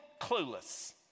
clueless